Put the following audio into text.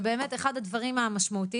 זה באמת אחד הדברים המשמעותיים.